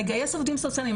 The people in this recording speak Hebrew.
לגייס עובדים סוציאליים,